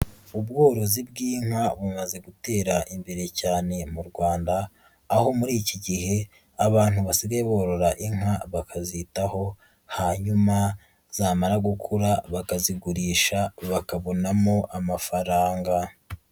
Ubworozi bw'inka bumaze gutera imbere cyane mu Rwanda, aho muri iki gihe abantu basigaye borora inka bakazitaho hanyuma zamara gukura bakazigurisha bakabonamo amafaranga.